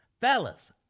Fellas